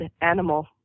animal